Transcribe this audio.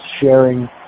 sharing